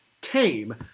tame